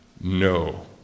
no